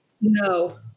No